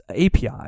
API